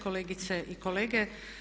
Kolegice i kolege.